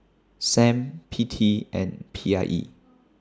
SAM P T and P I E